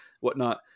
whatnot